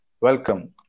Welcome